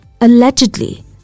allegedly